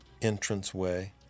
entranceway